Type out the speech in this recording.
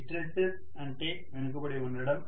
hysteresis అంటే వెనుకబడి ఉండటం